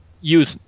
use